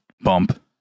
bump